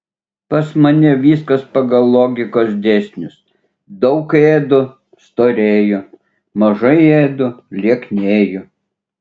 pas mane viskas pagal logikos dėsnius daug ėdu storėju mažai ėdu lieknėju